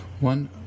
One